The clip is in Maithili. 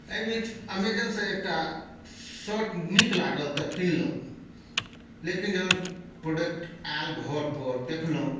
एहि बीच ऐमज़ानसँ एकटा शर्ट नीक लागल तऽ किनलहुँ लेकिन जखन प्रोडक्ट आयल घरपर देखलहुँ